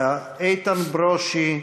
חבר הכנסת איתן ברושי,